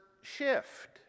shift